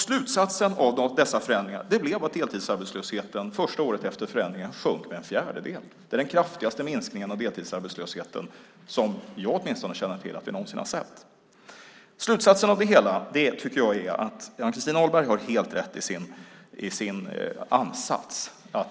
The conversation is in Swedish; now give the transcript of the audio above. Slutsatsen av dessa förändringar blev att deltidsarbetslösheten första året efter förändringen sjönk med en fjärdedel. Det är den kraftigaste minskning av deltidsarbetslösheten som jag känner till att vi någonsin har sett. Ann-Christin Ahlberg har helt rätt i sin ansats.